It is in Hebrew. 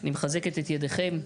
אני מחזקת את ידיכם,